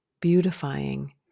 beautifying